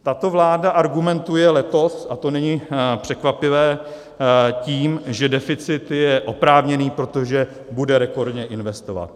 Tato vláda argumentuje letos a to není překvapivé tím, že deficit je oprávněný, protože bude rekordně investovat.